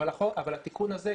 אבל התיקון הזה,